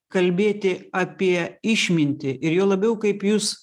kalbėti apie išmintį ir juo labiau kaip jūs